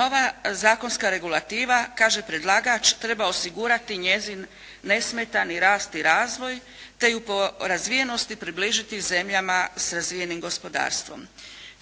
Nova zakonska regulativa kaže predlagač treba osigurati njezin nesmetani rast i razvoj, te ju po razvijenosti približiti zemljama sa razvijenim gospodarstvom.